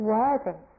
worthy